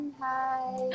Hi